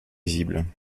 visibles